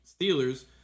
Steelers